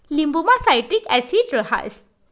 लिंबुमा citric acid रहास